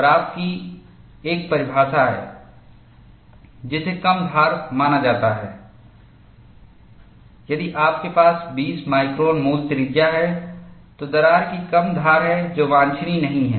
और आपकी एक परिभाषा है जिसे कम धार माना जाता है यदि आपके पास 20 माइक्रोन मूल त्रिज्या है तो दरार की कम धार है जो वांछनीय नहीं है